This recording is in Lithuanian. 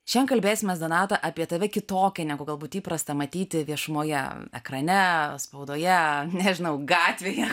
šiandien kalbėsimės donata apie tave kitokią negu galbūt įprasta matyti viešumoje ekrane spaudoje nežinau gatvėje